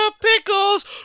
Pickles